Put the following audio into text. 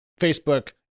Facebook